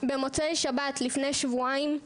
במוצאי שבת לפני שבועיים,